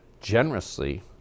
generously